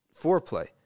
foreplay